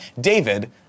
David